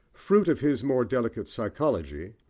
fruit of his more delicate psychology,